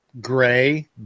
gray